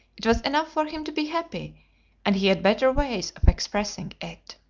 it was enough for him to be happy and he had better ways of expressing it.